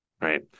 right